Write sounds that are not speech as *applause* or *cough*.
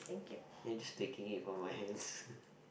then you just taking it from my hands *noise*